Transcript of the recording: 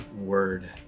word